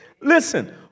Listen